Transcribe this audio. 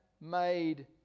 made